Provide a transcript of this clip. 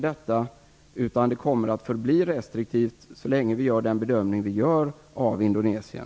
Vi kommer att förbli restriktiva så länge vi gör den bedömning vi gör av Indonesien.